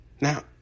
Now